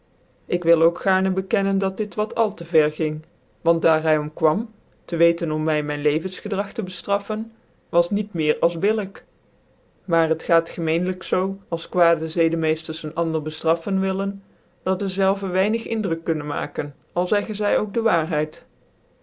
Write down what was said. ik wil ook gaarn bekennen dat dit wat al tc ver ging want daar hy om ejuam tc weten om my mijn levensgedrag te beftraffen was niet meer als billijk maar het gaat gemeenlijk zoo als ijuadc zcdcmecftcrs een ander beftraffen willen dat dezelve weinig indruk kunnen maken al zeggen zy ook dc waarheid